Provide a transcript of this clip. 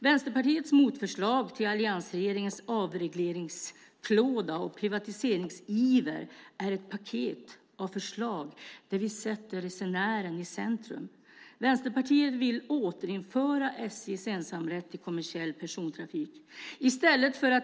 Vänsterpartiet motförslag till alliansregeringens avregleringsklåda och privatiseringsiver är ett paket av förslag där vi sätter resenären i centrum. Vänsterpartiet vill återinföra SJ:s ensamrätt till kommersiell persontrafik.